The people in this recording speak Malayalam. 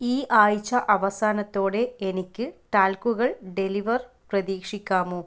ഈ ആഴ്ച അവസാനത്തോടെ എനിക്ക് ടാൽക്കുകൾ ഡെലിവർ പ്രതീക്ഷിക്കാമോ